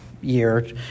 year